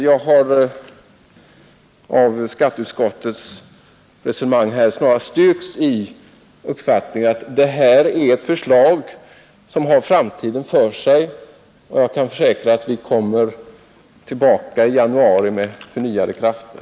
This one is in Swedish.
Jag har av skatteutskottets resonemang snarast styrkts i uppfattningen att vårt förslag har framtiden för sig, och jag kan försäkra att vi kommer tillbaka i januari med förnyade krafter.